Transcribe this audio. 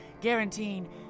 guaranteeing